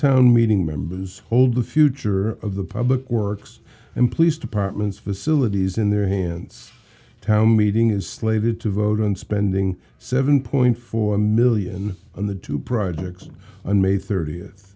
town meeting members hold the future of the public works and police departments facilities in their hands town meeting is slated to vote on spending seven point four million on the two projects on may thirtieth